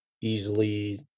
easily